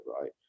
right